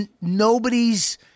nobody's